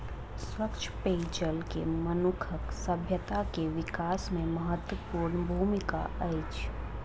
स्वच्छ पेयजल के मनुखक सभ्यता के विकास में महत्वपूर्ण भूमिका अछि